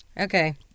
Okay